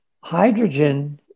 Hydrogen